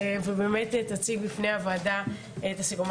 ובאמת תציג בפני הוועדה את הדברים.